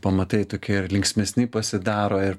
pamatai tokie ir linksmesni pasidaro ir